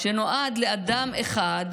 שנועד לאדם אחד,